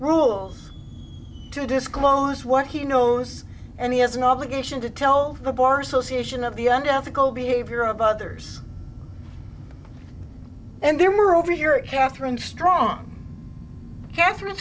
rules to disclose what he knows and he has an obligation to tell the bar association of the and ethical behavior of others and they were over your katherine strong katherine